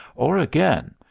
or again,